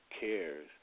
cares